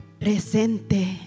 presente